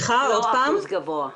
לא אחוז גבוה.